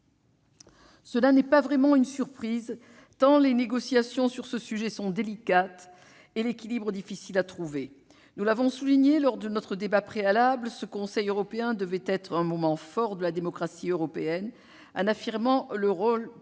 Cela n'est pas vraiment une surprise, tant les négociations sur ce sujet sont délicates et l'équilibre difficile à trouver. Nous l'avions souligné lors de notre débat préalable : cette réunion du Conseil européen devait être un moment fort de la démocratie européenne, l'occasion d'affirmer le rôle politique